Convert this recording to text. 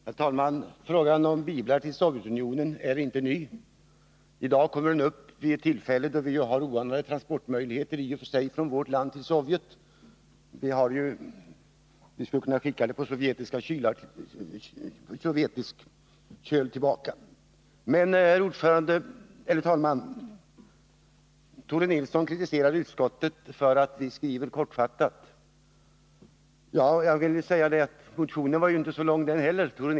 Herr talman! Frågan om biblar till Sovjetunionen är inte ny. I dag kommer den upp vid ett tillfälle då vi har oanade transportmöjligheter från vårt land till Sovjet. Vi skulle kunna skicka det på sovjetisk köl. Herr talman! Tore Nilsson kritiserade utskottet för att det skriver kortfattat. Motionen var ju inte heller så lång, Tore Nilsson.